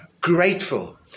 grateful